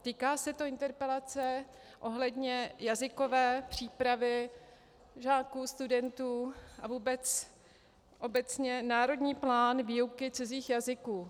Týká se to interpelace ohledně jazykové přípravy žáků, studentů a vůbec obecně národní plán výuky cizích jazyků.